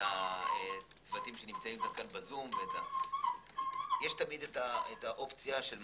את הצוותים שנמצאים בזום יש תמיד האופציה של מח"ש,